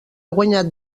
guanyat